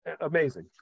amazing